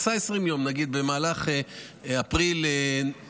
עשה 20 יום נגיד במהלך אוקטובר ונובמבר,